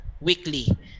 weekly